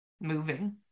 moving